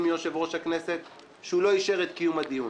מיושב-ראש הכנסת שהוא לא אישר את קיום הדיון?